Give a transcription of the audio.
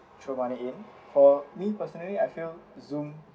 throw money in for me personally I feel zoom